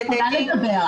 לדבר,